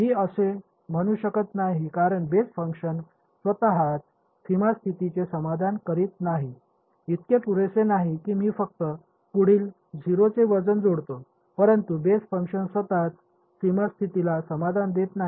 मी असे म्हणू शकत नाही कारण बेस फंक्शन्स स्वतः सीमा स्थितीचे समाधान करीत नाही इतके पुरेसे नाही की मी फक्त पुढील 0 चे वजन जोडतो परंतु बेस फंक्शन्स स्वतःच सीमा स्थितीला समाधान देत नाही